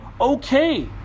okay